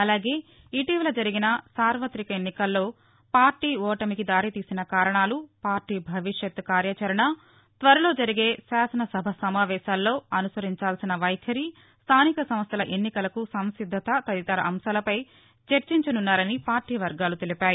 అలాగే ఇటీవల జరిగిన సార్వతిక ఎన్నికల్లో పార్లీ ఓటమికి దారి తీసిన కారణాలు పార్లీ భవిష్యత్ కార్యాచరణ త్వరలో జరిగే శాసనసభ సమావేశాల్లో అనుసరించాల్సిన వైఖరి స్టానిక సంస్టల ఎన్నికలకు సంసిద్దత తదితర అంశాలపై చర్చించనున్నారని పార్టీ వర్గాలు తెలిపాయి